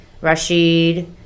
Rashid